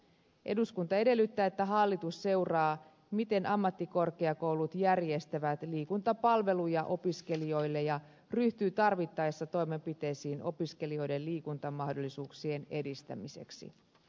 eduskunta edellyttää että hallitus seuraa miten ammattikorkeakoulut järjestävät liikuntapalveluja opiskelijoille ja ryhtyy tarvittaessa toimenpiteisiin opiskelijoiden liikuntamahdollisuuksien edistämiseksi